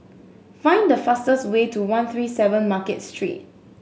find the fastest way to one three seven Market Street